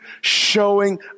showing